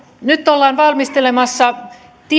nyt ollaan valmistelemassa